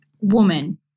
woman